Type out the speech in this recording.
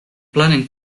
planning